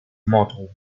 model